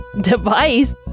device